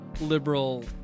liberal